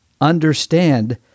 understand